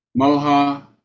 Moha